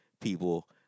people